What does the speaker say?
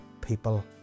people